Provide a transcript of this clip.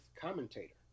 commentator